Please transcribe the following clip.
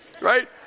Right